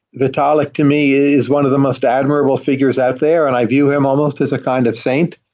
vitalik to me is one of the most admirable figures out there and i view him almost as a kind of saint.